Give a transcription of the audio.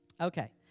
Okay